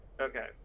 Okay